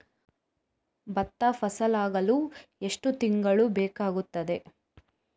ಭತ್ತ ಫಸಲಾಗಳು ಎಷ್ಟು ತಿಂಗಳುಗಳು ಬೇಕಾಗುತ್ತದೆ?